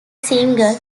single